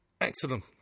Excellent